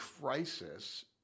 crisis